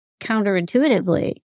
counterintuitively